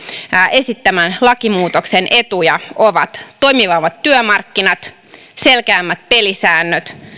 esittämän lakimuutoksen etuja ovat toimivammat työmarkkinat selkeämmät pelisäännöt